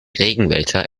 regenwälder